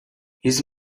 his